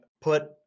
put